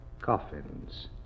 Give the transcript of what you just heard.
Coffins